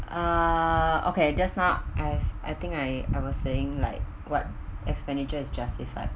uh okay just now I've I think I was saying like what expenditure is justified